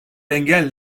engel